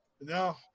no